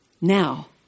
now